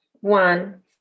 one